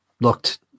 looked